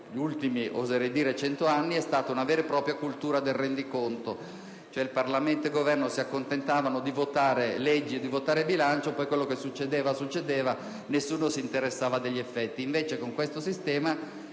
anni, oserei dire, è mancata una vera e propria cultura del rendiconto. Il Parlamento e il Governo si accontentavano di votare leggi e il bilancio; poi quello che succedeva succedeva, nessuno si interessava degli effetti. Invece, con il sistema